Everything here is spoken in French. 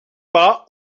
pas